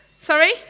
Sorry